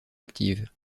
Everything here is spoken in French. active